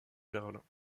berlin